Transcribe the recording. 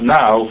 now